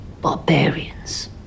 Barbarians